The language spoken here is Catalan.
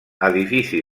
edifici